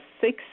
six